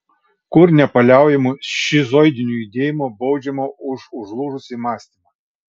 kur nepaliaujamu šizoidiniu judėjimu baudžiama už užlūžusį mąstymą